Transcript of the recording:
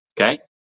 Okay